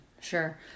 Sure